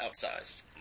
outsized